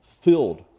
filled